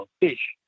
fish